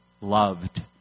loved